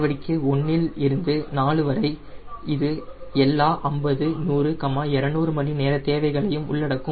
நடவடிக்கை 1 இல் இருந்து 4 வரை இது எல்லா 50 100 200 மணிநேர தேவைகளையும் உள்ளடக்கும்